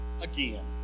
again